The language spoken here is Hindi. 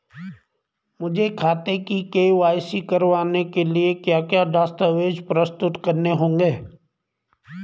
मुझे खाते की के.वाई.सी करवाने के लिए क्या क्या दस्तावेज़ प्रस्तुत करने होंगे?